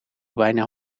bijna